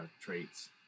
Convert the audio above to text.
traits